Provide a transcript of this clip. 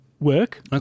work